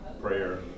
prayer